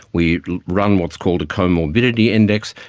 we run what's called a comorbidity index,